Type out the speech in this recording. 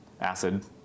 acid